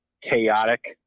chaotic